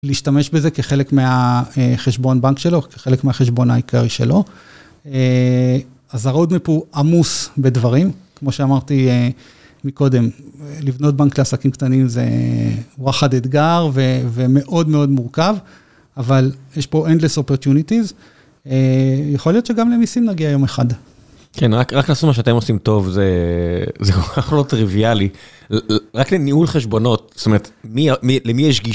להשתמש בזה כחלק מהחשבון בנק שלו, כחלק מהחשבון העיקרי שלו. אז הרעיון מפה עמוס בדברים, כמו שאמרתי מקודם, לבנות בנק לעסקים קטנים זה וואחד אתגר ומאוד מאוד מורכב, אבל יש פה endless opretonity. יכול להיות שגם למיסים נגיע יום אחד. כן, רק לעשות מה שאתם עושים טוב זה כל כך לא טריוויאלי. רק לניהול חשבונות, זאת אומרת, מי למי יש גישה?